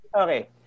Okay